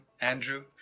andrew